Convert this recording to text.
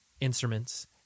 instruments